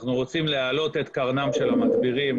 אנחנו רוצים להעלות את קרנם של המדבירים,